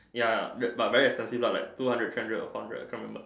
ya but very expensive lah like two hundred three hundred or four hundred I can't remember